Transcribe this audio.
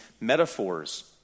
metaphors